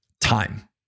time